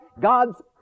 God's